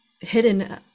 hidden